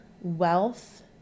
wealth